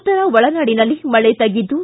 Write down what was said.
ಉತ್ತರ ಒಳನಾಡಿನಲ್ಲಿ ಮಳೆ ತಗ್ಗಿದ್ದು